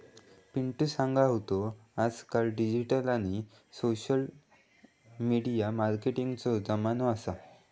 पिंटु सांगी होतो आजकाल डिजिटल आणि सोशल मिडिया मार्केटिंगचो जमानो असा